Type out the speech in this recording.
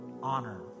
Honor